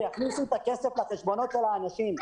שיכניסו את הכסף לחשבונות של האנשים.